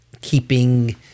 keeping